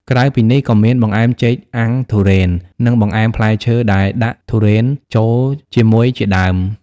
ក្រៅពីនេះ ក៏មាន បង្អែមចេកអាំងទុរេន និង បង្អែមផ្លែឈើដែលដាក់ទុរេនចូលជាមួយ ជាដើម។